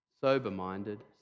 sober-minded